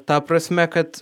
ta prasme kad